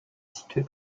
situé